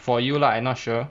for you lah I not sure